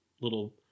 little